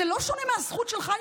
זה לא שונה מהזכות שלך,